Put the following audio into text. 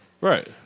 Right